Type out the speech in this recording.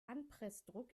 anpressdruck